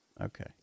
Okay